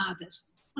others